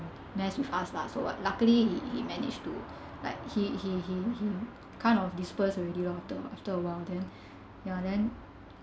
mess with us lah so what luckily he he manage to like he he he he kind of disperse already lor after after a while then ya then